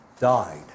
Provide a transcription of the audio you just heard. died